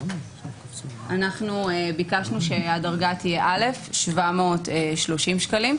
אנחנו ביקשנו שהדרגה תהיה א', 730 שקלים.